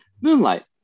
Moonlight